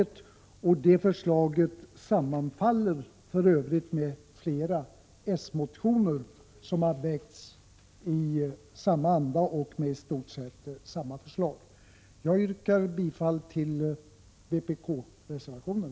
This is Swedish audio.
Förslaget sammanfaller för övrigt med flera s-motioner som har väckts i samma anda och med i stort sett samma förslag. Jag yrkar bifall till vpk-reservationen.